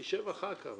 הלוואי שיהיו הרבה כאלה.